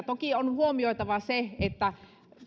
toki on huomioitava se että